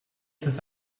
this